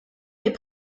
est